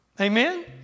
Amen